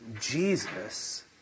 Jesus